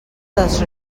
des